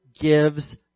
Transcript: gives